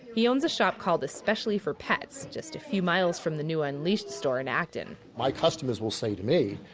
he owns a shop called especially for pets, just a few miles from the new unleashed store in acton my customers will say to me,